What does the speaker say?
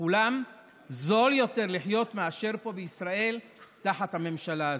בכולן זול יותר לחיות מאשר פה בישראל תחת הממשלה הזאת.